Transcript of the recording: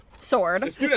sword